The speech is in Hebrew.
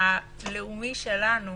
הלאומי שלנו